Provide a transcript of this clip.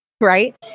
right